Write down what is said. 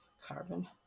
carbon